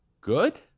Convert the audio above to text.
good